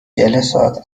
جلسات